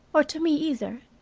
or to me either.